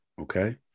okay